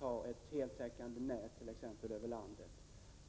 på t.ex. ett heltäckande telenät över landet.